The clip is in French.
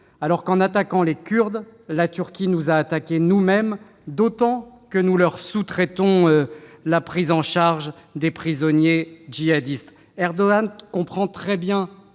Or en attaquant les Kurdes, la Turquie nous a attaqués nous-mêmes, d'autant que nous leur sous-traitons la prise en charge des prisonniers djihadistes. Erdogan comprend très bien